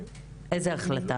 איזה החלטה?